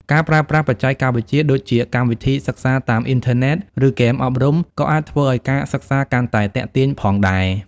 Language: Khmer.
ការប្រើប្រាស់បច្ចេកវិទ្យាដូចជាកម្មវិធីសិក្សាតាមអ៊ីនធឺណិត ឬហ្គេមអប់រំក៏អាចធ្វើឱ្យការសិក្សាកាន់តែទាក់ទាញផងដែរ។